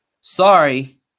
Sorry